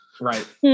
right